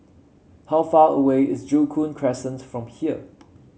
how far away is Joo Koon Crescent from here